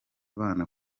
abana